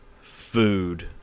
food